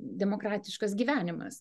demokratiškas gyvenimas